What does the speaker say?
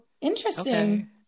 interesting